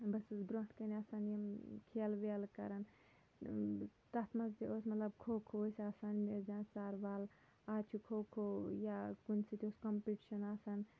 بہٕ ٲسٕس برٛونٛٹھ کَنہِ آسان یِم کھیلہٕ ویلہٕ کَران تَتھ منٛز تہِ اوس مطلب کھو کھو ٲسۍ آسان مےٚ ٲسۍ دَپان سَر وَل آز چھِ کھو کھو یا کُنہِ سۭتۍ اوس کَمپِٹشَن آسان